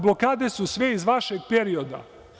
Blokade su sve iz vašeg perioda.